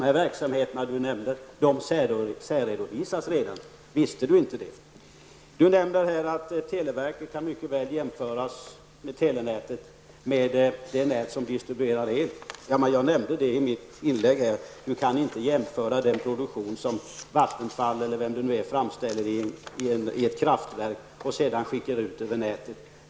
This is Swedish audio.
De verksamheter som Tom Heyman nämnde särredovisas redan. Visste inte Tom Heyman det? Tom Heyman säger att televerket mycket väl kan jämföras med det nät som distribuerar el. Jag nämnde i mitt tidigare inlägg att det inte går att jämföra teletjänster med den produktion som Vattenfall eller vem det nu är framställer i ett kraftverk och sedan skickar ut över nätet.